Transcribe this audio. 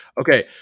Okay